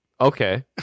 okay